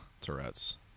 Tourette's